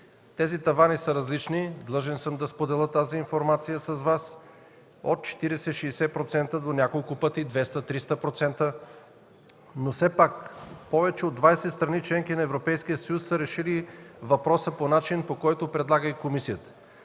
Тези тавани са различни, длъжен съм да споделя тази информация с Вас, от 40-60% до няколко пъти – 200-300%, но все пак повече от 20 страни – членки на Европейския съюз, са решили въпроса по начин, по който предлага и комисията.